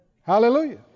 Hallelujah